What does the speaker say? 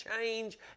change